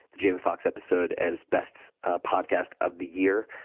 the jamie foxx episode as best ah podcast of the year,